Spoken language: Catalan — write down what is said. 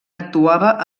actuava